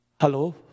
Hello